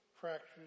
fractures